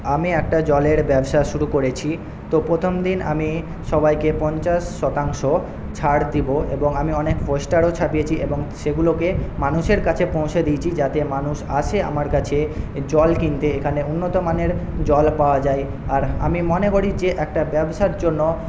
আমি একটা জলের ব্যবসা শুরু করেছি তো প্রথমদিন আমি সবাইকে পঞ্চাশ শতাংশ ছাড় দেবো এবং আমি অনেক পোস্টারও ছাপিয়েছি এবং সেগুলোকে মানুষের কাছে পৌঁছে দিয়েছি যাতে মানুষ আসে আমার কাছে জল কিনতে এখানে উন্নতমানের জল পাওয়া যায় আর আমি মনে করি যে একটা ব্যবসার জন্য